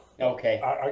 Okay